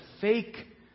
fake